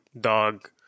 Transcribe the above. dog